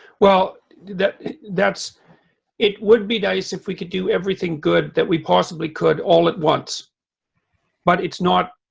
well that that's it would be nice if we could do everything good that we possibly could all at once but it's not